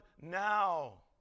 now